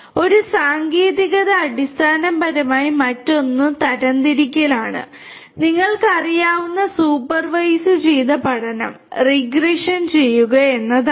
അതിനാൽ ഒരു സാങ്കേതികത അടിസ്ഥാനപരമായി മറ്റൊന്ന് തരംതിരിക്കലാണ് നിങ്ങൾക്കറിയാവുന്ന സൂപ്പർവൈസുചെയ്ത പഠനം റിഗ്രഷൻ ചെയ്യുക എന്നതാണ്